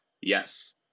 Yes